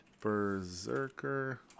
Berserker